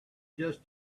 just